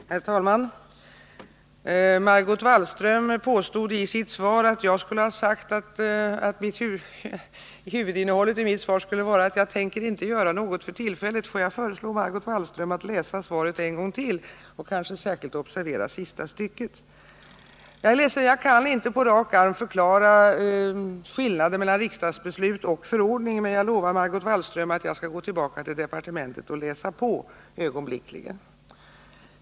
Herr talman! Margot Wallström påstod i sitt anförande att huvudinnehållet i mitt svar skulle ha varit att jag för tillfället inte tänker göra någonting. Får jag föreslå Margot Wallström att läsa svaret en gång till och då kanske särskilt observera sista stycket! Jag är ledsen att jag inte på rak arm kan förklara skillnaden mellan riksdagsbeslutet och förordningen. Men jag lovar Margot Wallström att jag ögonblickligen skall gå tillbaka till departementet och läsa på.